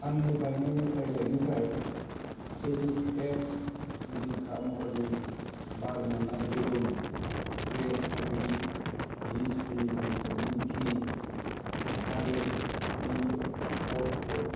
आंनि बायनायनि फारिलाइनिफ्राय चेरिश एक्स बिखा महरनि बार मोननाय बेलुन फ्रेश अर्गेनिक दिसि मोसौनि घि आरो दि आर्थ